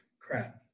Crap